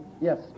Yes